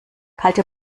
kalte